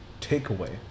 takeaway